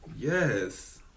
Yes